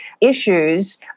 issues